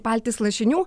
paltys lašinių